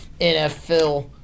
NFL